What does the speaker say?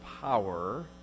power